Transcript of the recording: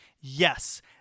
yes